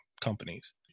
companies